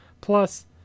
Plus